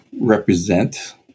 represent